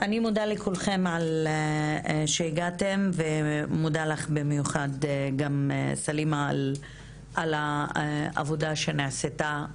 אני מודה לכולכם על שהגעתם ומודה לך במיוחד סלימה על העבודה שנעשתה.